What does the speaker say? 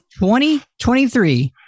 2023